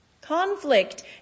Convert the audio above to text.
conflict